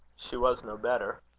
she was no better.